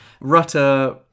Rutter